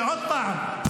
עוד פעם,